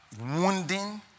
wounding